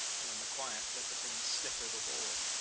and on the quiet let the thing slip overboard.